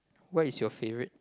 what is your favourite